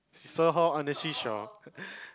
saw her on the sea shore